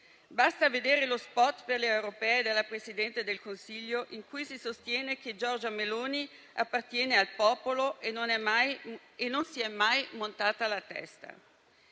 Basta vedere lo spot per le europee della Presidente del Consiglio in cui si sostiene che Giorgia Meloni appartiene al popolo e non si è mai montata la testa.